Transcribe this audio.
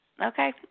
Okay